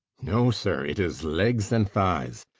no, sir it is legs and thighs.